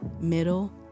middle